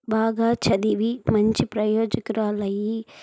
బాగా చదివి మంచి ప్రయోజకురాలు అయ్యి